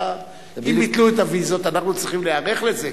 אם ביטלו את הוויזות אנחנו צריכים להיערך לזה,